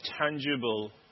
tangible